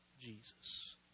Jesus